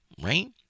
right